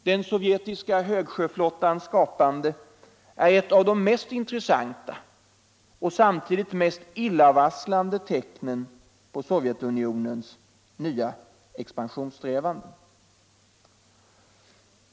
Den sovjetiska högsjöflottans skapande är ett av de mest intressanta och samtidigt mest illavarslande tecknen på Sovjetunionens expansionssträvanden.